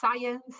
science